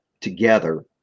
together